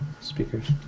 speakers